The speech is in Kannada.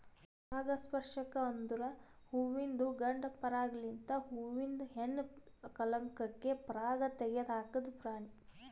ಪರಾಗಸ್ಪರ್ಶಕ ಅಂದುರ್ ಹುವಿಂದು ಗಂಡ ಪರಾಗ ಲಿಂತ್ ಹೂವಿಂದ ಹೆಣ್ಣ ಕಲಂಕಕ್ಕೆ ಪರಾಗ ತೆಗದ್ ಹಾಕದ್ ಪ್ರಾಣಿ